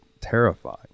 Terrifying